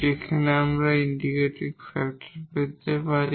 যেখানে আমরা এই ইন্টিগ্রেটিং ফ্যাক্টর y পেতে পারি